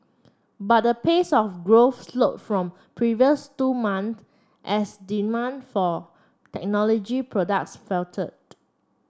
but the pace of growth slowed from the previous two months as demand for technology products